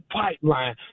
pipeline